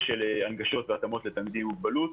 של הנגשות והתאמות לתלמידים עם מוגבלות.